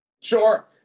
Sure